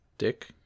dick